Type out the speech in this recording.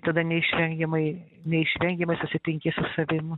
tada neišvengiamai neišvengiamai susitinki su savim